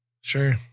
sure